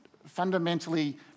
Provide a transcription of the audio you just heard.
fundamentally